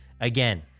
again